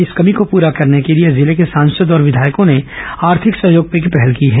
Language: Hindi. इस कमी को पूरा करने के लिए जिले के सांसद और विघायकों ने आर्थिक सहयोग की पहल की है